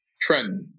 trend